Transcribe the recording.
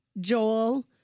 Joel